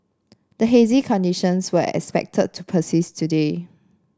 the hazy conditions were expected to persist today